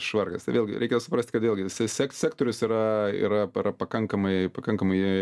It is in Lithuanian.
švarkas tai vėlgi reikia suprast kad vėlgi se se sektorius yra yra pakankamai pakankamai